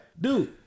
Dude